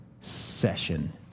session